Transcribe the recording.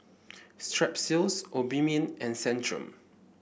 Strepsils Obimin and Centrum